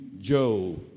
Joe